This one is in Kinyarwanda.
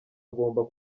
agomba